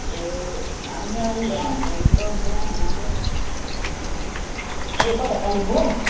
ए अँ ए कता कालिम्पोङ